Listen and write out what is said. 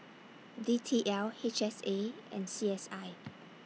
D T L H S A and C S I